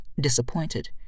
disappointed